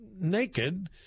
naked